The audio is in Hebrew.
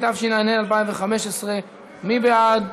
התשע"ה 2015. מי בעד?